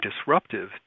disruptive